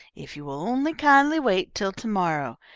if you will only kindly wait till to-morrow.